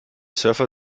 surfer